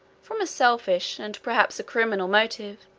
from a selfish, and perhaps a criminal, motive,